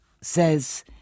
says